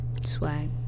swag